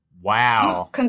Wow